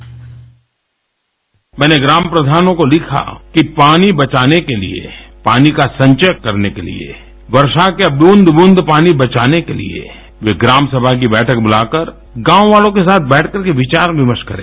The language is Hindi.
बाइट मैंने ग्राम प्रधानों को लिखा कि पानी बचाने के लिए पानी का संचय करने के लिए वर्षा के बूंद बूंद पानी बचाने के लिए वे ग्राम सभा की बैठक ब्रलाकर गाँव वालों के साथ बैठकर के विचार विमर्श करें